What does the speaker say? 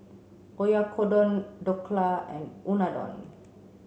Oyakodon Dhokla and Unadon